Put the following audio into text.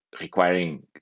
requiring